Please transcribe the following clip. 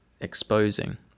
exposing